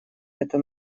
это